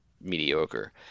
mediocre